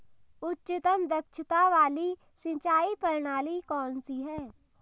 उच्चतम दक्षता वाली सिंचाई प्रणाली कौन सी है?